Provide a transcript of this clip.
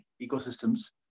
ecosystems